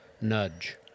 nudge